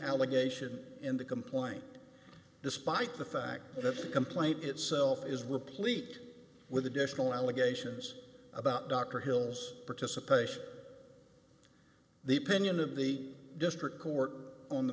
allegation in the complaint despite the fact that if a complaint itself is replete with additional allegations about dr hill's participation the opinion of the district court on the